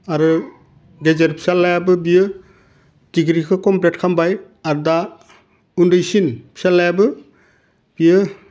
आरो गेजेर फिसालायाबो बियो डिग्रिखो खमप्लेट खामबाय आट दा उन्दैसिन फिसालायाबो बियो